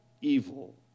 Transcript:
evil